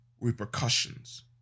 repercussions